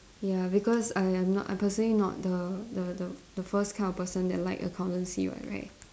ya because I I'm not I'm personally not the the the the first kind of person that like accountancy [what] right